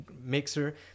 mixer